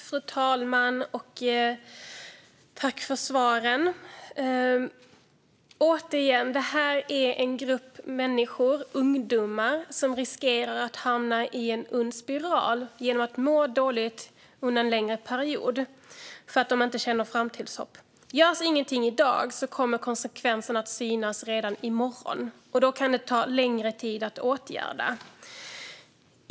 Fru talman! Tack för svaren, statsrådet! Återigen: Det här är en grupp människor, ungdomar, som riskerar att hamna i en ond spiral genom att må dåligt under en längre period för att de inte känner framtidshopp. Görs inget i dag kommer konsekvenserna att synas redan i morgon, och då kan det ta längre tid att åtgärda.